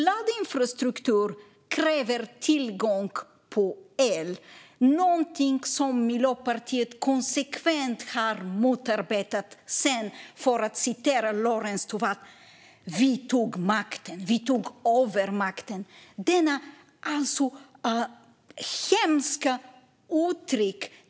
Laddinfrastruktur kräver tillgång till el, något som Miljöpartiet konsekvent har motarbetat sedan, för att citera Lorentz Tovatt, "vi tog över makten" - detta hemska uttryck!